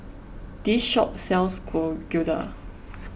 this shop sells Gyoza